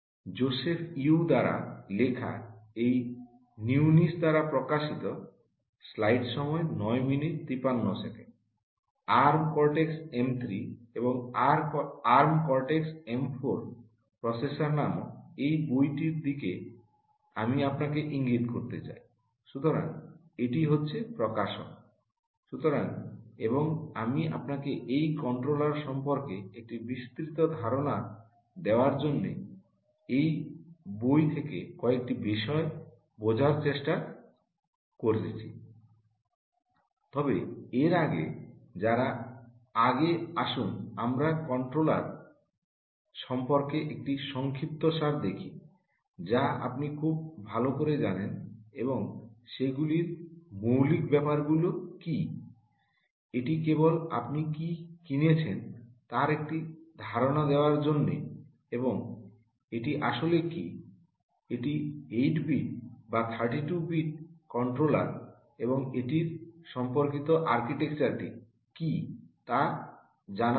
Joseph U দ্বারা লেখা এবং নিউনিস দ্বারা প্রকাশিত কী তা জানার জন্য